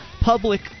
public